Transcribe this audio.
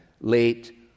late